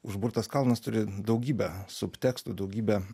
užburtas kalnas turi daugybę subtekstų daugybę